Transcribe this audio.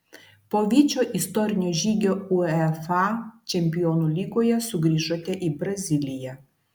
po vyčio istorinio žygio uefa čempionų lygoje sugrįžote į braziliją